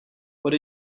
what